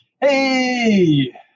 hey